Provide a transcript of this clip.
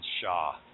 Shaw